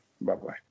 Bye-bye